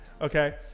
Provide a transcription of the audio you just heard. Okay